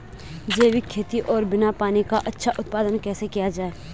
जैविक खेती और बिना पानी का अच्छा उत्पादन कैसे किया जाए?